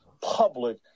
public